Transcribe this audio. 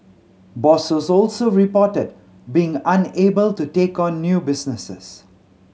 bosses also reported being unable to take on new businesses